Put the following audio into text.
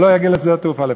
או לא יגיע לנמל התעופה לפחות.